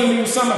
זה מיושם.